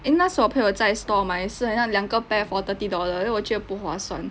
eh 那时侯我朋友在 store 买是很像两个 pair for thirty dollars then 我觉得不划算